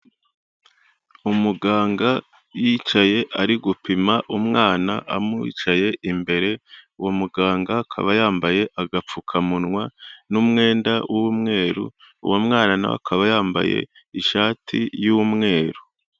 Umuganga yicaye ari gupima umwana amwicaye imbere, uwo muganga akaba yambaye agapfukamunwa n'umwenda w'umweru, uwo mwana nawe akaba yambaye ishati y'umweru.